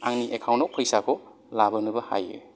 आंनि एकाउन्टआव फैसाखौ लाबोनोबो हायो